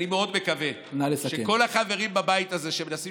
אני מאוד מקווה שכל החברים בבית הזה שמנסים